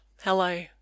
hello